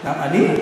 אני?